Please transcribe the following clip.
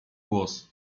głos